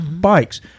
bikes